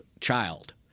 child